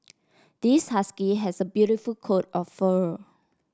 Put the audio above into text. this husky has a beautiful coat of fur